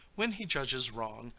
when he judges wrong,